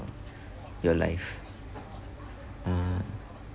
your life uh